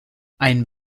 ein